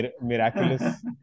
miraculous